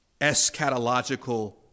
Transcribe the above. eschatological